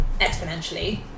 exponentially